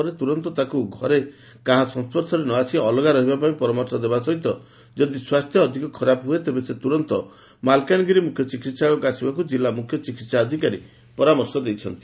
ପରେ ତୁରନ୍ତ ତାଙ୍କୁ ଘରେ କାହାର ସଂସ୍ୱର୍ଶରେ ନ ଆସି ଅଲଗା ରହିବା ପାଇଁ ପରାମର୍ଶ ଦେବା ସହ ଯଦି ସ୍ୱାସ୍ଥ୍ୟ ଅଧିକ ଖରାପ ହୁଏ ତେବେ ସେ ତୁରନ୍ତ ମାଲକାନଗିରି ମୁଖ୍ୟ ଚିକିହାଳୟକୁ ଆସିବାକୁ ଜିଲ୍ଲ ମୁଖ୍ୟ ଚିକିହାଧିକାରୀ ପରାମର୍ଶ ଦେଇଛନ୍ତି